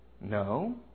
No